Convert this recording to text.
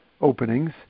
openings